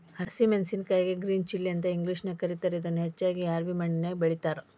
ಹಸಿ ಮೆನ್ಸಸಿನಕಾಯಿಗೆ green chilli ಅಂತ ಇಂಗ್ಲೇಷನ್ಯಾಗ ಕರೇತಾರ, ಇದನ್ನ ಹೆಚ್ಚಾಗಿ ರ್ಯಾವಿ ಮಣ್ಣಿನ್ಯಾಗ ಬೆಳೇತಾರ